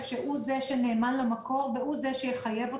שהוא זה שנאמן למקור והוא זה שיחייב אותנו,